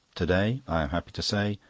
to-day, i am happy to say,